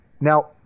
Now